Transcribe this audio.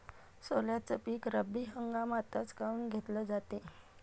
सोल्याचं पीक रब्बी हंगामातच काऊन घेतलं जाते?